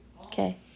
Okay